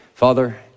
Father